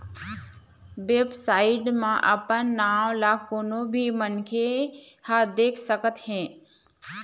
website म अपन नांव ल कोनो भी मनखे ह देख सकत हे